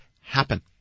happen